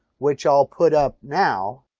which i'll put up now.